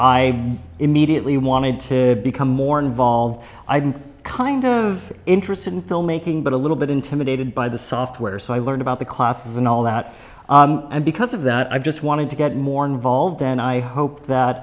i immediately wanted to become more involved i didn't kind of interested in filmmaking but a little bit intimidated by the software so i learned about the classes and all that and because of that i just wanted to get more involved and i hope that